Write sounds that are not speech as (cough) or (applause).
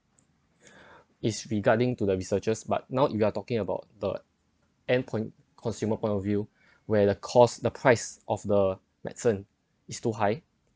(breath) is regarding to the researchers but now if you are talking about the end point consumer point of view where the cost the price of the medicine is too high